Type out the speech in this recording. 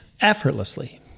effortlessly